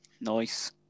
Nice